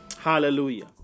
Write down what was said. Hallelujah